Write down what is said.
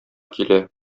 килә